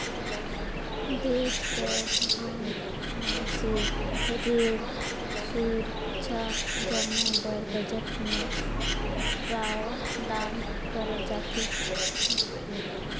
देस कर आम मइनसे रेल, सुरक्छा जम्मो बर बजट में प्रावधान करल जाथे